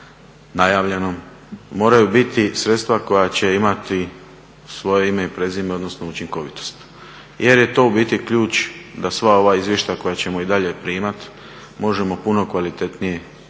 najavljenom, moraju biti sredstva koja će imati svoje ime i prezime, odnosno učinkovitost jer je to u biti ključ da sva ova izvješća koja ćemo i dalje primati možemo puno kvalitetnije obrađivati